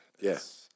Yes